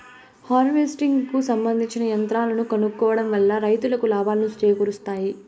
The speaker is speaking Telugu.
హార్వెస్టింగ్ కు సంబందించిన యంత్రాలను కొనుక్కోవడం వల్ల రైతులకు లాభాలను చేకూరుస్తాయి